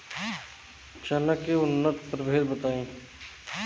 चना के उन्नत प्रभेद बताई?